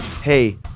Hey